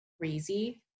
crazy